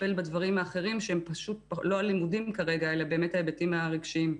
לטפל בדברים האחרים שהם פשוט לא הלימודים כרגע אלא באמת ההיבטים הרגשיים.